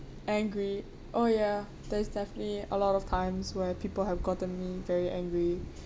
angry oh ya there's definitely a lot of times where people have gotten me very angry